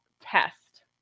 test